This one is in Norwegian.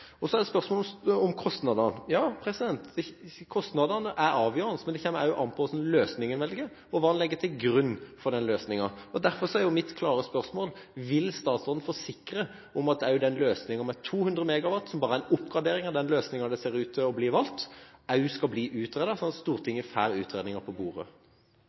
Så er det spørsmål om kostnadene. Kostnadene er avgjørende, men det kommer også an på hva slags løsninger en velger og legger til grunn for den løsningen. Derfor er mitt klare spørsmål: Vil statsråden forsikre om at løsningen med 200 MW, som bare er en oppgradering av den løsningen som ser ut til å bli valgt, også skal bli utredet, før Stortinget får utredninga på bordet?